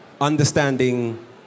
understanding